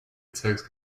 text